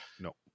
no